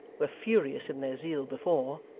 were furious in their zeal before,